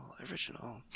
original